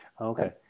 Okay